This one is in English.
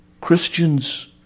Christians